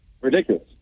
Ridiculous